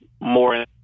more